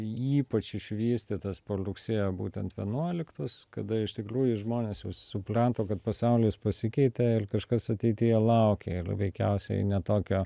ypač išvystytas po rugsėjo būtent vienuoliktos kada iš tikrųjų žmonės jau supliato kad pasaulis pasikeitė ir kažkas ateityje laukia il veikiausiai ne tokio